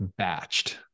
Batched